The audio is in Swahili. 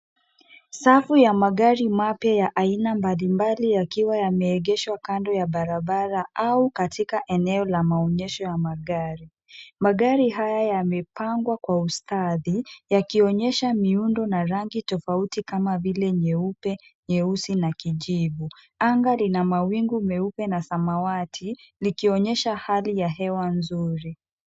Safu ya magari mapya ya aina mbalimbali, yakiwa yameegeshwa kando ya barabara, au katika eneo la maonyesho ya magari. Magari haya yamepangwa kwa ustadi, yakionyesha miundo na rangi tofauti kama vile nyeupe, nyeusi, na kijivu. Anga lina mawingu meupe na samawati, likionyesha hali ya hewa nzuri.